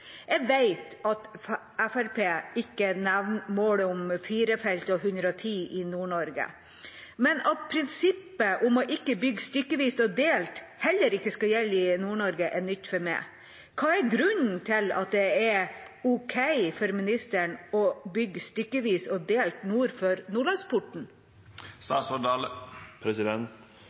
Jeg vet at Fremskrittspartiet ikke nevner målet om fire felt og 110 km/t i Nord-Norge, men at prinsippet om ikke å bygge stykkevis og delt heller ikke skal gjelde i Nord-Norge, er nytt for meg. Hva er grunnen til at det er ok for ministeren å bygge stykkevis og delt nord for